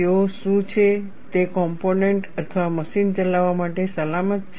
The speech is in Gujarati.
તેઓ છે શું તે કોમ્પોનેન્ટ અથવા મશીન ચલાવવા માટે સલામત છે